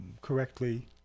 correctly